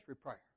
prayer